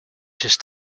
just